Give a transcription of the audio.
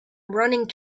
running